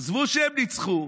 עזבו שהם ניצחו,